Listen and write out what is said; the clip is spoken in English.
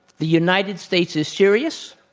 the united states is serious.